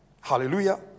Hallelujah